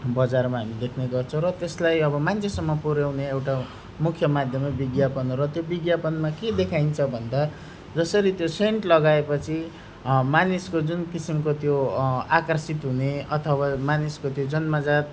बजारमा हामी देख्ने गर्छौँ र त्यसलाई अब मान्छेसम्म पुराउने एउटा मुख्य माध्यम र विज्ञापन र त्यो विज्ञापनमा के देखाइन्छ भन्दा जसरी त्यो सेन्ट लगायो पछि मानिसको जुन किसिमको त्यो आकर्षित हुने अथवा मानिसको त्यो जन्मजात